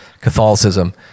Catholicism